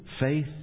Faith